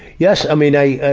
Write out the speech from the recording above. yes, i mean, i,